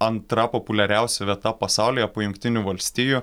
antra populiariausia vieta pasaulyje po jungtinių valstijų